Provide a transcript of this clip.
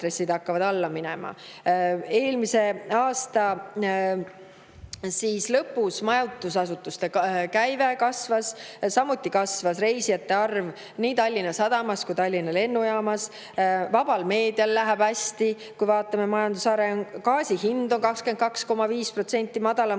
Eelmise aasta lõpus majutusasutuste käive kasvas, samuti kasvas reisijate arv nii Tallinna Sadamas kui ka Tallinna Lennujaamas. Vabal meedial läheb hästi. Vaatame majanduse arengut. Gaasi hind on 22,5% madalam